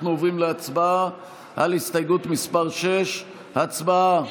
אנחנו עוברים להצבעה על הסתייגות מס' 6. הצבעה,